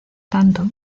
tanto